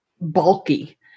bulky